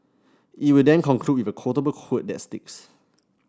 he will then conclude with a quotable quote that sticks